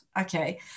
okay